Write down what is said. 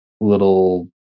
little